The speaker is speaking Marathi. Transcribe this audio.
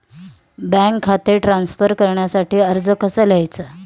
बँक खाते ट्रान्स्फर करण्यासाठी अर्ज कसा लिहायचा?